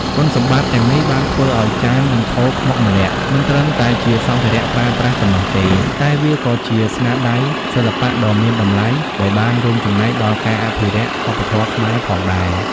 គុណសម្បត្តិទាំងនេះបានធ្វើឱ្យចាន និងថូខ្មុកម្រ័ក្សណ៍មិនត្រឹមតែជាសម្ភារៈប្រើប្រាស់ប៉ុណ្ណោះទេ តែវាក៏ជាស្នាដៃសិល្បៈដ៏មានតម្លៃដែលបានរួមចំណែកដល់ការអភិរក្សវប្បធម៌ខ្មែរផងដែរ។